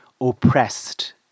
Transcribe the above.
oppressed